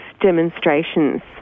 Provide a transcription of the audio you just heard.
demonstrations